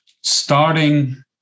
starting